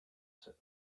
said